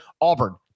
Auburn